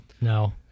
no